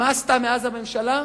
מה עשתה מאז הממשלה?